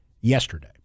Yesterday